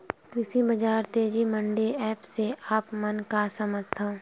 कृषि बजार तेजी मंडी एप्प से आप मन का समझथव?